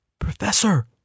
Professor